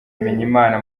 bimenyimana